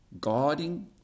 guarding